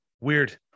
weird